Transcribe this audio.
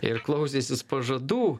ir klausęsis pažadų